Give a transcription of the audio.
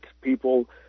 people